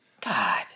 God